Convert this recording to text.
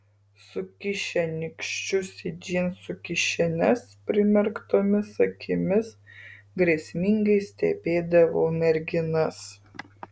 sukišę nykščius į džinsų kišenes primerktomis akimis grėsmingai stebėdavo merginas